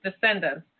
descendants